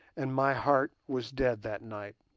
and my heart was dead that night.